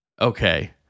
Okay